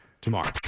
tomorrow